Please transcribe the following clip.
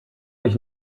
mich